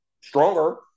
stronger